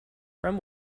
from